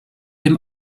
dem